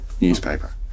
newspaper